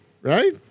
right